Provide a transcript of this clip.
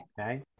Okay